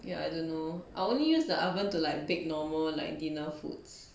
ya I don't know I only use the oven to like bake normal like dinner foods